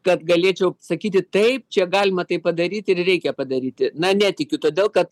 kad galėčiau sakyti taip čia galima tai padaryti ir reikia padaryti na netikiu todėl kad